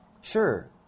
sure